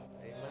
Amen